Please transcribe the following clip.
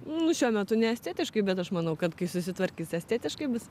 nu šiuo metu neestetiškai bet aš manau kad kai susitvarkys estetiškai bus